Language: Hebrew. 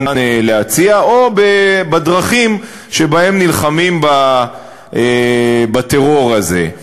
להציע או בדרכים שבהן נלחמים בטרור הזה.